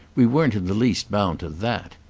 we weren't in the least bound to that.